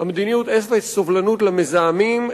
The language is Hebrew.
מדיניות של אפס סובלנות למזהמים,